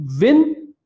win